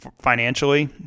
financially